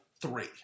three